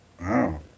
Wow